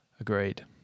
Agreed